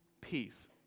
Peace